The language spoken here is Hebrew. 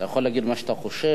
אתה יכול להגיד מה שאתה חושב,